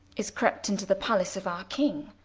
is crept into the pallace of our king,